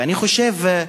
ואני חושב,